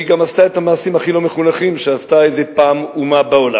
והיא גם עשתה את המעשים הכי לא מחונכים שעשתה אי-פעם איזו אומה בעולם.